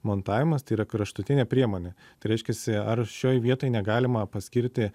montavimas tai yra kraštutinė priemonė tai reiškiasi ar šioj vietoj negalima paskirti